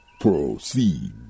Proceed